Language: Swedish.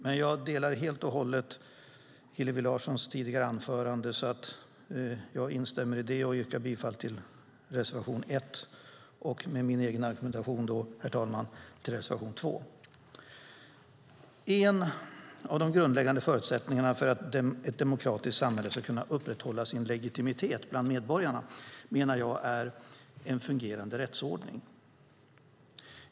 Jag instämmer helt och hållet i Hillevi Larssons tidigare anförande och yrkar bifall till reservation 1 och, med min egen argumentation, herr talman, till reservation 2. En av de grundläggande förutsättningarna för att ett demokratiskt samhälle ska kunna upprätthålla sin legitimitet bland medborgarna menar jag är en fungerande rättsordning.